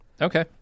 Okay